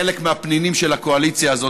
חלק מהפנינים של הקואליציה הזאת,